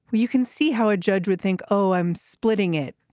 you can see how a judge would think, oh, i'm splitting it.